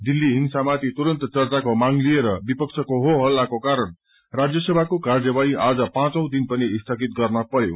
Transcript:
दिल्ली हिंसामाथि तुरन्त चर्चाको मांग लिएरविपक्षको हो हल्लाको कारण राज्यसभाको कार्यवाही आज पाँचौ दिन पनि स्थगित गर्न परयो